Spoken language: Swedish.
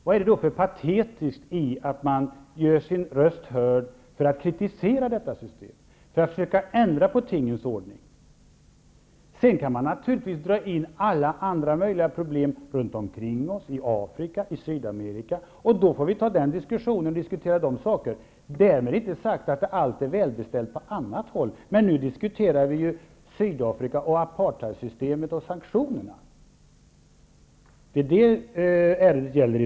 Vad är det då för patetiskt i att man gör sin röst hörd för att kritisera detta system och försöka ändra på tingens ordning? Sedan kan man naturligtvis i resonemanget dra in alla möjliga andra problem runt omkring oss, i Afrika och i Sydamerika, och då får vi föra den diskussionen -- därmed inte sagt att allt är välbeställt på annat håll. Men nu diskuterar vi ju det är det ärendet i dag gäller.